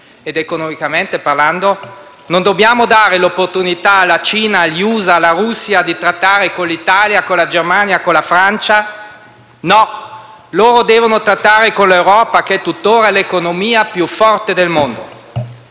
Economicamente parlando, non dobbiamo dare l'opportunità alla Cina, agli USA e alla Russia di trattare con l'Italia, con la Germania o con la Francia; no, loro devono trattare con l'Europa, che è tuttora l'economia più forte del mondo.